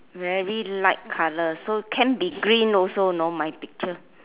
very light colour so can be green also know my picture